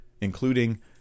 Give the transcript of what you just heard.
including